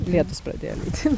lietus pradėjo lyt